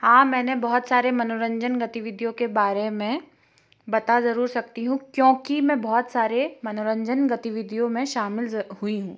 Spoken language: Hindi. हाँ मैंने बहुत सारे मनोरंजन गतिविधियों के बारे में बता ज़रूर सकती हूँ क्योंकि मैं बहुत सारे मनोरंजन गतिविधियों में शामिल हुई हूँ